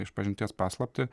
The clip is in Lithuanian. išpažinties paslaptį